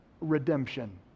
redemption